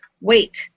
Wait